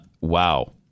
wow